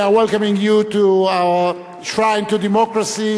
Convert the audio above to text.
(מחיאות כפיים) We are welcoming you to our shrine of democracy,